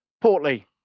Portly